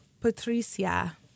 Patricia